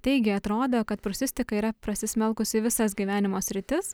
taigi atrodo kad prūsistika yra prasismelkusi į visas gyvenimo sritis